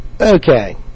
Okay